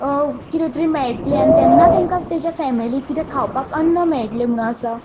कितें तरी मेयटलें आनी तेंकां तेंच्या फॅमिलीक कितें खावपाक अन्न मेयटलें म्हणून आसा